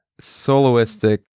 soloistic